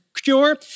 cure